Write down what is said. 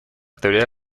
teoría